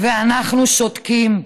ואנחנו שותקים.